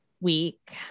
week